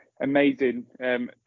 amazing